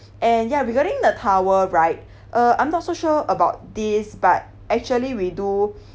and ya regarding the towel right uh I'm not so sure about this but actually we do